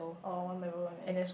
oh one level only